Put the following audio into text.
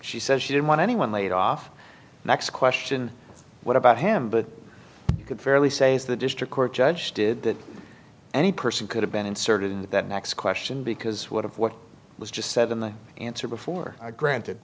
she says she didn't want anyone laid off the next question what about him but you could fairly say as the district court judge did that any person could have been inserted into that next question because what if what was just said in the answer before i granted